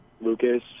Lucas